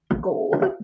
Gold